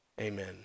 Amen